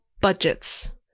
budgets